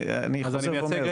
אני חוזר ואומר,